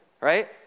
right